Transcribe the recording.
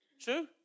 True